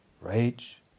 Rage